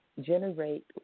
generate